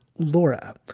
Laura